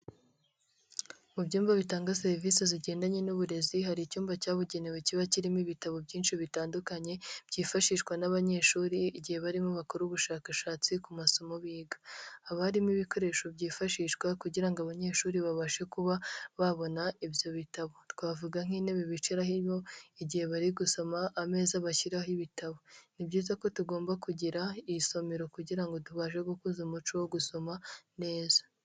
Mu byumba bitanga serivisi zigendanye n'uburezi, hari icyumba cyabugenewe kiba kirimo ibitabo byinshi bitandukanye, byifashishwa n'abanyeshuri igihe barimo bakora ubushakashatsi ku masomo biga. Haba harimo ibikoresho byifashishwa kugira ngo abanyeshuri babashe kuba babona ibyo bitabo. Twavuga nk'intebe bicaramo igihe bari gusoma, ameza bashyiraho ibitabo. Ni byiza ko tugomba kugira iri somero kugirango ngo tubashe gukuza umuco wo gusoma neza.